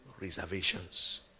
reservations